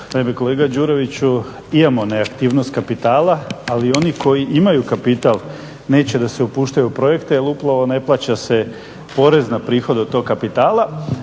Kolega Đuroviću, imamo neaktivnost kapitala, ali oni koji imaju kapital neće da se upuštaju u projekte jer upravo ne plaća se porez na prihode od toga kapitala,